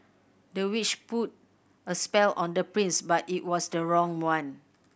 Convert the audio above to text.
the witch put a spell on the prince but it was the wrong one